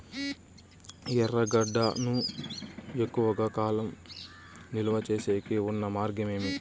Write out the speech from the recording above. ఎర్రగడ్డ ను ఎక్కువగా కాలం నిలువ సేసేకి ఉన్న మార్గం ఏమి?